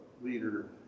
leader